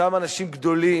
אותם אנשים גדולים,